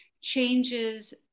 changes